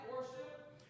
worship